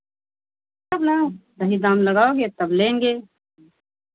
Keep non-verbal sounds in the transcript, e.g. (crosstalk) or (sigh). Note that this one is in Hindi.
(unintelligible) सही दाम लगाओगे तब लेंगे